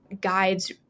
guides